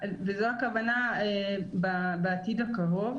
וזו הכוונה של המשרד בעתיד הקרוב.